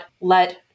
let